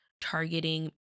targeting